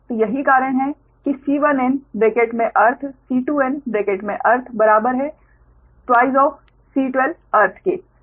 तो यही कारण है कि C1n ब्रेकेट में अर्थ C2n ब्रेकेट में अर्थ बराबर है 2 C12 अर्थ के